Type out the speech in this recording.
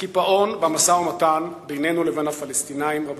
הקיפאון במשא-ומתן בינינו לבין הפלסטינים, רבותי,